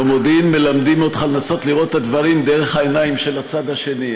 במודיעין מלמדים אותך לנסות לראות את הדברים דרך העיניים של הצד השני.